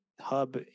hub